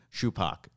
Shupak